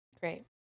Great